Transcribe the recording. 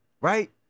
right